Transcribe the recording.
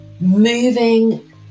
moving